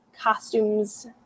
costumes